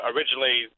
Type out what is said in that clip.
Originally